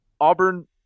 Auburn